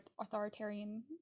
authoritarian